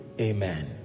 amen